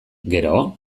gero